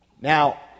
Now